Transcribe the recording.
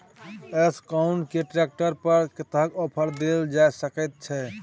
Escort के tractor पर कतेक ऑफर दैल जा सकेत छै?